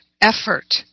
effort